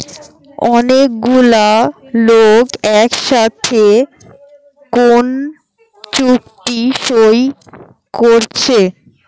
অনেক গুলা লোক একসাথে কোন চুক্তি সই কোরছে